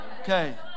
Okay